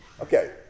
Okay